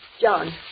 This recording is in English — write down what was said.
John